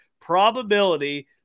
probability